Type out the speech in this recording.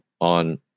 on